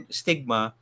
stigma